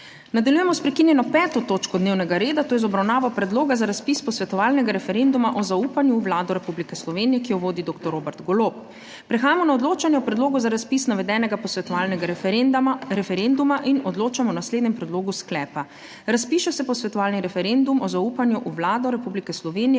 Nadaljujemo s **prekinjeno 5. točko dnevnega reda - Predlog za razpis posvetovalnega referenduma o zaupanju v Vlado Republike Slovenije, ki jo vodi doktor Robert Golob.** Prehajamo na odločanje o predlogu za razpis navedenega posvetovalnega referenduma in odločamo o naslednjem predlogu sklepa: Razpiše se posvetovalni referendum o zaupanju v Vlado Republike Slovenije,